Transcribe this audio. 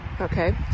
okay